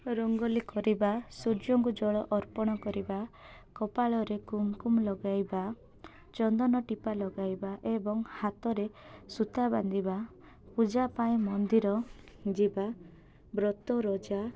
ରଙ୍ଗୋଲି କରିବା ସୂର୍ଯ୍ୟଙ୍କୁ ଜଳ ଅର୍ପଣ କରିବା କପାଳରେ କୁମକୁୁମ ଲଗାଇବା ଚନ୍ଦନଟିପା ଲଗାଇବା ଏବଂ ହାତରେ ସୂତା ବାନ୍ଧିବା ପୂଜା ପାଇଁ ମନ୍ଦିର ଯିବା ବ୍ରତ ରଜା